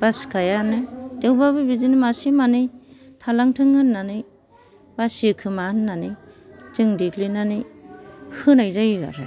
बासि खायाआनो थेवबो बिदिनो मासे मानै थालांथों होन्नानै बासियो खोमा होन्नानै जों देग्लिनानै होनाय जायो आरो